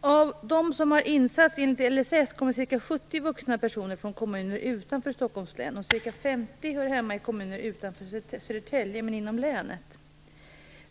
Av dem som har insatser enligt LSS kommer ca 70 vuxna personer från kommuner utanför Stockholms län, och ca 50 hör hemma i kommuner utanför Södertälje men inom länet.